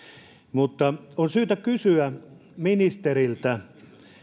mutta on syytä kysyä ministeriltä